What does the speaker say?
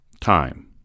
Time